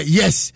yes